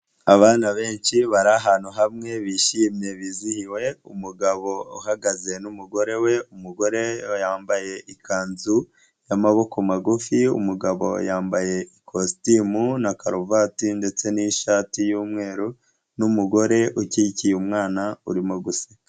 Abana benshi bari ahantu hamwe, bishimye bizihiwe, umugabo uhagaze n'umugore we, umugore yambaye ikanzu y'amaboko magufi, umugabo yambaye ikositimu na karuvati ndetse n'ishati yumweru, n'umugore ukikiye umwana urimo guseka.